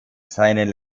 seinen